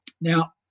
Now